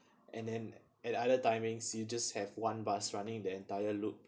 and then at other timings you just have one bus running the entire loop